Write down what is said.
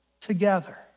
together